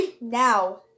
now